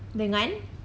dengan